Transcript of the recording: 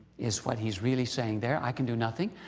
is what he's really saying there. i can do nothing.